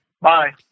Bye